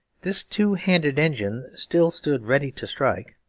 this two-handed engine still stood ready to strike,